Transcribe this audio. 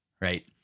Right